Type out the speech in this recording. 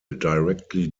directly